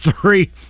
three